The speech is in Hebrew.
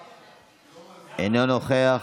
אחמד טיבי, אינו נוכח,